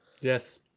Yes